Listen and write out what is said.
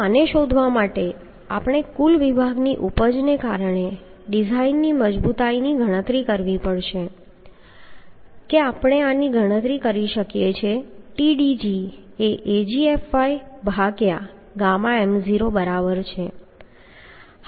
તો આને શોધવા માટે આપણે કુલ વિભાગની ઉપજને કારણે ડિઝાઇનની મજબૂતાઈની ગણતરી કરવી પડશે કે આપણે આની ગણતરી કરી શકીએ કે Tdg એ Agfy ɣm0 બરાબર છે